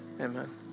Amen